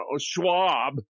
Schwab